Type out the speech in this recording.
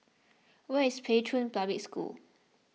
where is Pei Chun Public School